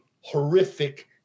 horrific